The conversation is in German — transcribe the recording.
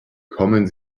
kommen